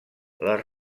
les